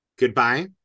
goodbye